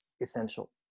essential